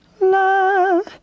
love